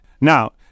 now